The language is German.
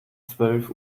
zwölf